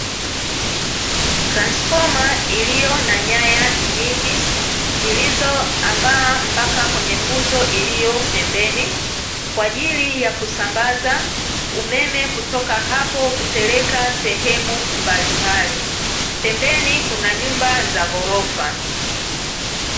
Transfoma iliyo na nyaya nyingi zilizoambaa mpaka kwenye nguzo iliyo pembeni, kwa ajili ya kusambaza umeme kutoka hapo kupeleka sehemu mbalimbali. Pembeni, kuna nyumba za ghorofa.